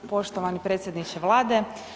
Poštovani predsjedniče Vlade.